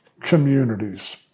communities